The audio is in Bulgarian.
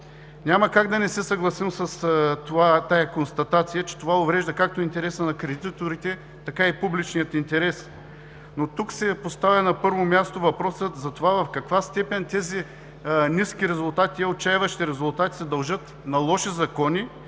Няма как да не се съгласим с констатацията, че това уврежда както интереса на кредиторите, така и публичния интерес. Тук се поставя, на първо място, въпросът: в каква степен тези ниски, отчайващи резултати се дължат на лоши закони,